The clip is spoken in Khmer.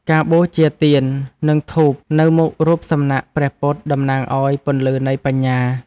ការបូជាទៀន និងធូបនៅមុខរូបសំណាកព្រះពុទ្ធ តំណាងឱ្យពន្លឺនៃបញ្ញា។